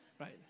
right